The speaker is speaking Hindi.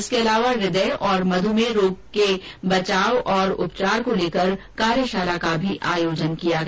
इसके अलावा हृदय और मध्रमेह रोगों के बचाव और उपचार को लेकर कार्यशाला का भी आयोजन किया गया